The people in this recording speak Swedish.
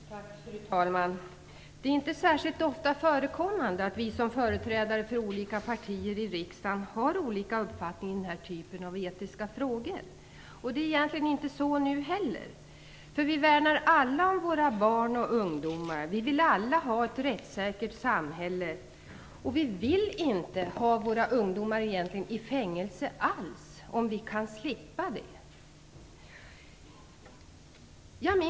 Fru talman! Det är inte särskilt ofta förekommande att vi som företräder olika partier i riksdagen har olika uppfattning i den här typen av etiska frågor. Det är egentligen inte så nu heller, för vi värnar alla våra barn och ungdomar. Vi vill alla ha ett rättssäkert samhälle. Vi vill egentligen inte ha våra ungdomar i fängelse alls om vi kan slippa det.